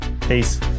peace